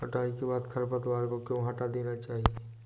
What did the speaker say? कटाई के बाद खरपतवार को क्यो हटा देना चाहिए?